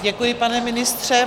Děkuji, pane ministře.